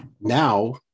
now